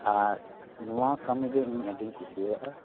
ᱟᱨ ᱱᱚᱣᱟ ᱠᱟᱹᱢᱤ ᱫᱚ ᱤᱧ ᱟᱹᱰᱤᱧ ᱠᱩᱥᱤᱭᱟᱜᱼᱟ